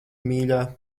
mīļā